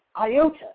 iota